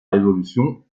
révolution